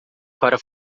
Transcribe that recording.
para